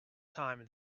time